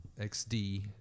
XD